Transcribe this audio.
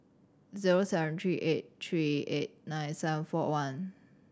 zero seven three eight three eight nine seven four one